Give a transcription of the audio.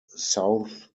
south